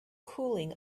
cooling